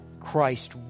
Christ